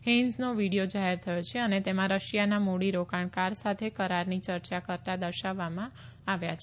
હેઇન્ઝનો video જાહેર થયો છે અને તેમાં રશિયાના મૂડીરોકારણકાર સાથે કરારની ચર્ચા કરતાં દર્શાવવામાં આવ્યા છે